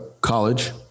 college